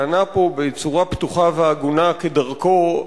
שענה פה בצורה פתוחה והגונה כדרכו,